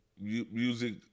music